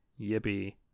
Yippee